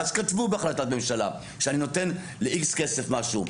אז כתבו בהחלטת ממשלה שאני נותן ל-X כסף משהו.